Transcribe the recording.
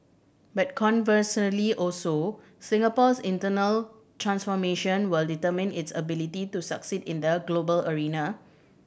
but conversely also Singapore's internal transformation will determine its ability to succeed in the global arena